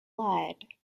lied